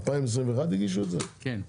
הגישו את זה ב-2021?